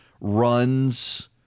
runs